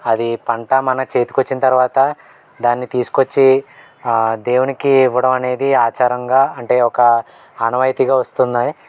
అదీ పంట మన చేతికొచ్చిన తర్వాత దాన్ని తీసుకొచ్చి దేవునికి ఇవ్వడం అనేది ఆచారంగా అంటే ఒక ఆనవాయితీగా వస్తున్నాయి